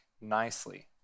nicely